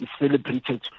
celebrated